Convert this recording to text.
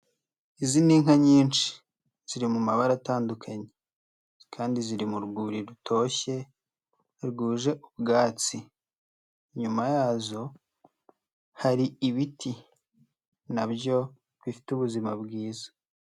Izindi ni inka nyinshi ziri mu mabara atandukanye kandi ziri mu rwuri rutoshye rwuje ubwatsi. Inyuma yazo hari ibiti na byo bifite ubuzima bwiza.